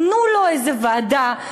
תנו לו איזו ועדה,